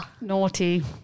Naughty